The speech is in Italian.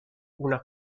una